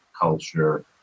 culture